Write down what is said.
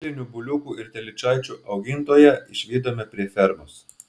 veislinių buliukų ir telyčaičių augintoją išvydome prie fermos